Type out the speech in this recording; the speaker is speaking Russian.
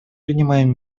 принимаем